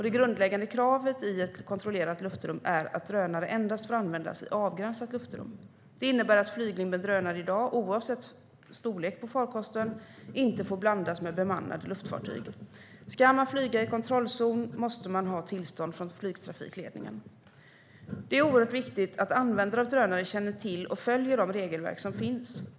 Det grundläggande kravet i ett kontrollerat luftrum är att drönare får användas endast i avgränsat luftrum. Det innebär att flygning med drönare i dag, oavsett storlek på farkosten, inte får blandas med bemannade luftfartyg. Ska man flyga i kontrollzon måste man ha tillstånd från flygtrafikledningen. Det är oerhört viktigt att användare av drönare känner till och följer de regelverk som finns.